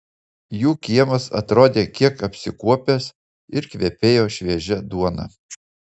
jų kiemas atrodė kiek apsikuopęs ir kvepėjo šviežia duona